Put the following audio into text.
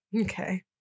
Okay